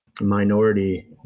minority